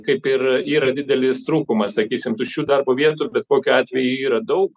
kaip ir yra didelis trūkumas sakysim tuščių darbo vietų bet kokiu atveju jų yra daug